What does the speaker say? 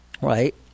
right